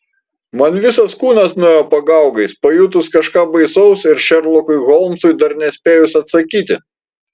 man visas kūnas nuėjo pagaugais pajutus kažką baisaus ir šerlokui holmsui dar nespėjus atsakyti